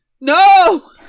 No